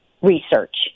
research